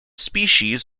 species